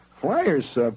flyers